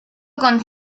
con